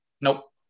nope